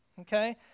okay